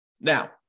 Now